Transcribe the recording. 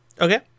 Okay